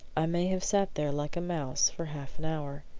i may have sat there like a mouse for half an hour.